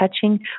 touching